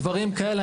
דברים כאלה,